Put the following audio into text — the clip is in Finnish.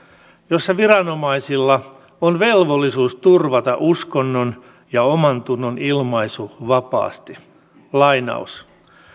jossa viranomaisilla on velvollisuus turvata uskonnon ja omantunnon ilmaisu vapaasti